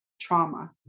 trauma